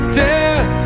death